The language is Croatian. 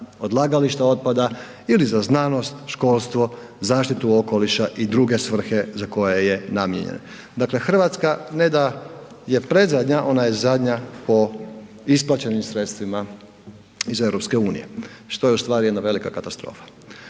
odlagališta otpada ili za znanost, školstvo, zaštitu okoliša i druge svrhe za koje je namijenjen. Dakle, Hrvatska ne da je predzadnja, ona je zadnja po isplaćenim sredstvima iz EU što je ustvari jedna velika katastrofa.